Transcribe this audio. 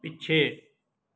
ਪਿੱਛੇ